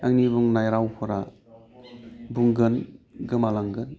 आंनि बुंनाय रावफोरा बुंगोन गोमालांगोन